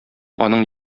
аның